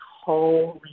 holy